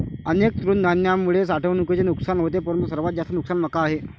अनेक तृणधान्यांमुळे साठवणुकीचे नुकसान होते परंतु सर्वात जास्त नुकसान मका आहे